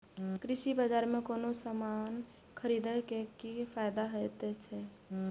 कृषि बाजार में कोनो सामान खरीदे के कि फायदा होयत छै?